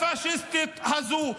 הפשיסטית הזו.